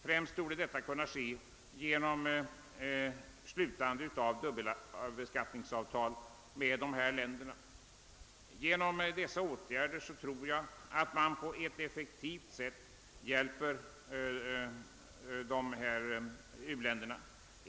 Främst torde detta kunna ske genom slutande av dubbelbeskattningsavtal med dessa länder. Genom dessa åtgärder kan man på ett effektivt sätt hjälpa u-länderna.